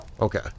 Okay